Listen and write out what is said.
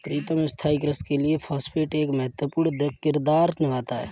प्रीतम स्थाई कृषि के लिए फास्फेट एक महत्वपूर्ण किरदार निभाता है